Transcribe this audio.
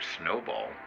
Snowball